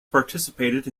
participated